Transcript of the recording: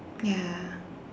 ya